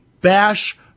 bash